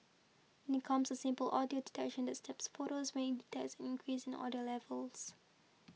in comes a simple audio detection that snaps photos when it detects increase in audio levels